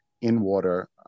in-water